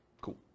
Cool